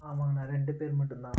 ஆமாங்கண்ணா ரெண்டு பேர் மட்டும் தான்